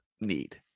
need